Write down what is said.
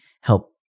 help